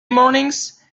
mornings